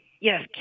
Yes